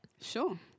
Sure